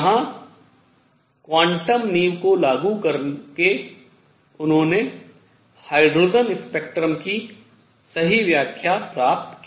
जहां क्वांटम नींव को लागू करके उन्होंने हाइड्रोजन स्पेक्ट्रम की सही व्याख्या प्राप्त की